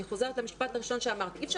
אני חוזרת למשפט הראשון שאמרתי: אי-אפשר